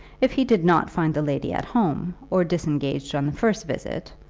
if he did not find the lady at home or disengaged on the first visit,